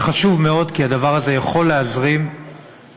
זה חשוב מאוד כי הדבר הזה יכול להזרים חמצן